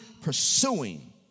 pursuing